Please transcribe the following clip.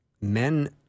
men